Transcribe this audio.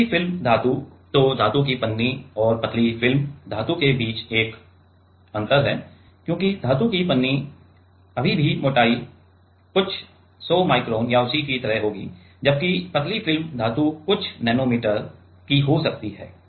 पतली फिल्म धातु तो धातु की पन्नी और पतली फिल्म धातु के बीच एक अंतर है क्योंकि धातु की पन्नी अभी भी मोटाई कुछ 100 माइक्रोन या उसी तरह होगी जबकि पतली फिल्म धातु कुछ नैनोमीटर भी हो सकती है